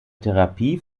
therapie